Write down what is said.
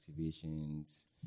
activations